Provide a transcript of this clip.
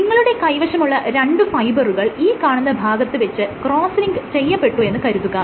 നിങ്ങളുടെ കൈവശമുള്ള രണ്ട് ഫൈബറുകൾ ഈ കാണുന്ന ഭാഗത്ത് വെച്ച് ക്രോസ്സ് ലിങ്ക് ചെയ്യപ്പെട്ടു എന്ന് കരുതുക